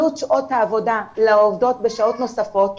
עלות שעות העבודה לעובדות בשעות נוספות,